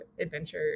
adventure